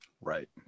Right